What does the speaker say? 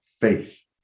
faith